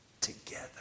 together